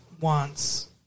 wants